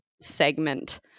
segment